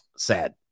Sad